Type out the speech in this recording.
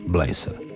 Blazer